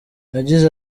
yagize